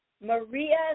Maria